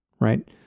right